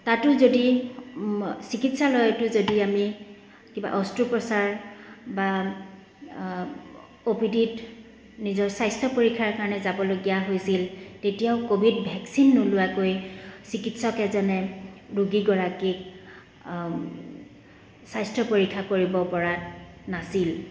তাতো যদি চিকিৎসালয়টো যদি আমি কিবা অস্ত্ৰোপ্ৰচাৰ বা অ' পি ডি ত নিজৰ স্বাস্থ্য পৰীক্ষাৰ কাৰণে যাবলগীয়া হৈছিল তেতিয়াও ক'ভিড ভেকচিন নোলোৱাকৈ চিকিৎসক এজনে ৰোগীগৰাকীক স্বাস্থ্য পৰীক্ষা কৰিব পৰা নাছিল